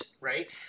Right